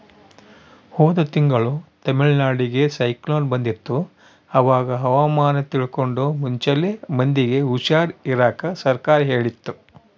ಹೋದ ತಿಂಗಳು ತಮಿಳುನಾಡಿಗೆ ಸೈಕ್ಲೋನ್ ಬಂದಿತ್ತು, ಅವಾಗ ಹವಾಮಾನ ತಿಳ್ಕಂಡು ಮುಂಚೆಲೆ ಮಂದಿಗೆ ಹುಷಾರ್ ಇರಾಕ ಸರ್ಕಾರ ಹೇಳಿತ್ತು